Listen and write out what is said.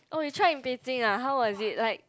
oh you try in Beijing ah how was it like